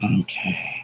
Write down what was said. Okay